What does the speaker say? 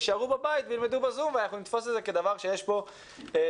יישארו בבית וילמדו בזום ואנחנו נתפוס את זה כדבר שיש בו לגיטימיות.